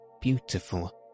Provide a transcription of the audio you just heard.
beautiful